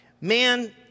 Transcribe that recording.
man